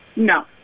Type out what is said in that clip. No